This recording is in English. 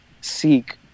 seek